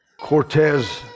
Cortez